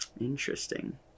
interesting